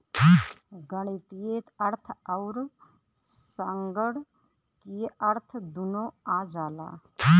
गणीतीय अर्थ अउर संगणकीय अर्थ दुन्नो आ जाला